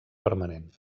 permanent